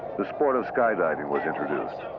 the sport of skydiving was introduced.